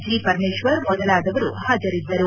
G Parameshwar ಮೊದಲಾದವರು ಹಾಜರಿದ್ದರು